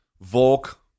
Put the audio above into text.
Volk